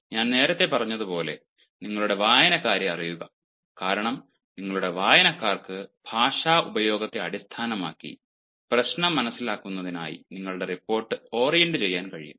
ഞാൻ നേരത്തെ പറഞ്ഞതുപോലെ നിങ്ങളുടെ വായനക്കാരെ അറിയുക കാരണം നിങ്ങളുടെ വായനക്കാർക്ക് ഭാഷാ ഉപയോഗത്തെ അടിസ്ഥാനമാക്കി പ്രശ്നം മനസിലാക്കുന്നതിനായി നിങ്ങളുടെ റിപ്പോർട്ട് ഓറിയന്റുചെയ്യാൻ കഴിയും